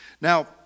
Now